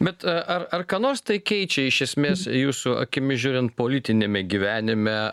bet ar ar ką nors tai keičia iš esmės jūsų akimis žiūrint politiniame gyvenime